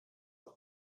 auch